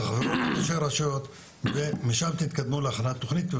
תחברו לראשי הרשויות ומשם תתקדמו להכנת תוכנית.